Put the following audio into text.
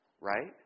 right